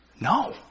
No